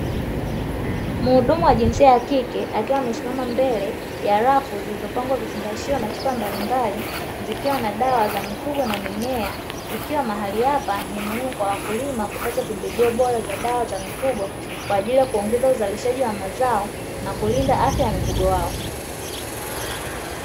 Mhudumu wa jinsia ya kike akiwa amesimama mbele ya rafu zilizopangwa vifungashio na chupa mbalimbali, zikiwa na dawa za mifugo na mimea; ikiwa mahali hapa ni muhimu kwa wakulima kupata pembejeo bora za dawa za mifugo, kwa ajili ya kuongeza uzalishaji wa mazao na kulinda afya ya mifugo wao.